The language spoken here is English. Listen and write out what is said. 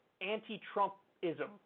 anti-Trumpism